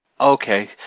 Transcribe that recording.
okay